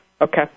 Okay